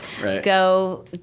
go